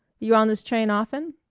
you on this train often?